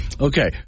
Okay